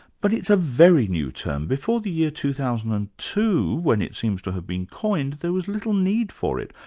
but it's a very new term before the year two thousand and two when it seems to have been coined, there was little need for it,